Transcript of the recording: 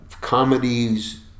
comedies